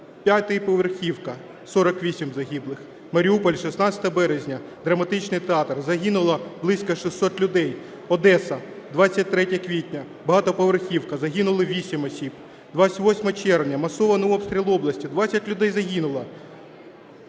п'ятиповерхівка, 48 загиблих. Маріуполь, 16 березня, Драматичний театр, загинуло близько 600 людей. Одеса, 23 квітня, багатоповерхівка, загинули 8 осіб, 28 червня, масований обстріл області, 20 людей загинули.